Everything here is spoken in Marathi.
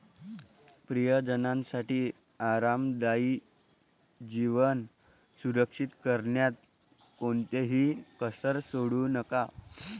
प्रियजनांसाठी आरामदायी जीवन सुनिश्चित करण्यात कोणतीही कसर सोडू नका